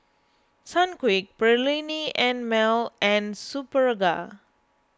Sunquick Perllini and Mel and Superga